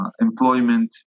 Employment